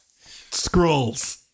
scrolls